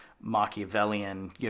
Machiavellian